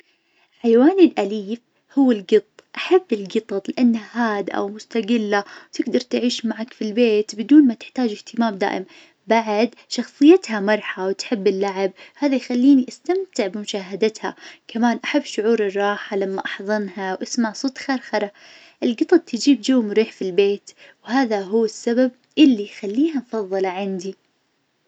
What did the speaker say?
حيواني الأليف هو القط. أحب القطط لأنها هادئة ومستقلة، تقدر تعيش معاك في البيت بدون ما تحتاج إهتمام دائم. بعد شخصيتها مرحة وتحب اللعب هذا يخليني استمتع بمشاهدتها، كمان أحب شعور الراحة لما أحظنها وأسمع صوت خرخرة. القطط تجيب جو مريح في البيت وهذا هو السبب اللي يخليها مفظلة عندي.